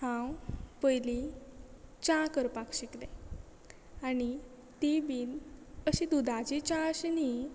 हांव पयली चा करपाक शिकलें आनी ती बी अशी दुदाची च्या अशी न्हय